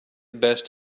best